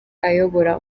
ayobora